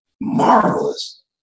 marvelous